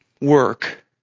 work